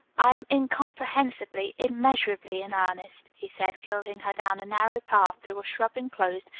i am incomprehensibly, immeasurably in earnest, he said, guiding her down a narrow path to a shrub-enclosed,